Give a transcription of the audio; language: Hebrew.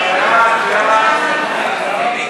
הצעת סיעת מרצ להביע